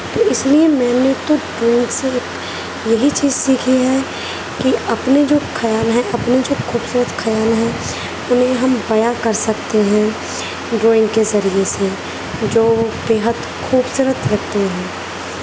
تو اس لیے میں نے تو سے یہی چیز سیکھی ہے کہ اپنے جو خیال ہیں اپنے جو خوبصورت خیال ہیں انہیں ہم بیاں کر سکتے ہیں ڈرائنگ کے ذریعے سے جو بےحد خوبصورت لگتے ہیں